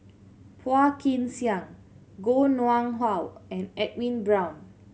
Phua Kin Siang Koh Nguang How and Edwin Brown